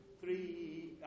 three